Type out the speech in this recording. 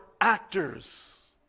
actors